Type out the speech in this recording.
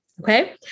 Okay